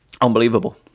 Unbelievable